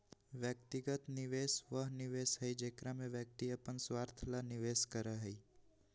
व्यक्तिगत निवेश वह निवेश हई जेकरा में व्यक्ति अपन स्वार्थ ला निवेश करा हई